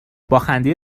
باخنده